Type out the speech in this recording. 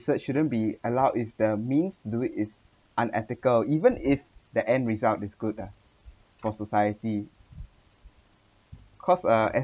research shouldn't be allowed if the means to it is unethical even if the end result is good ah for society cause uh